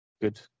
good